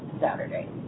Saturday